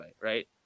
Right